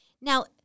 Now